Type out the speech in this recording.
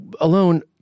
Alone